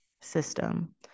system